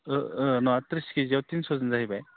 नङा त्रिस केजियाव तिनस'जन जाहैबाय